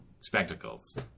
spectacles